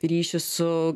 ryšį su